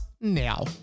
now